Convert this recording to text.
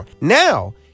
Now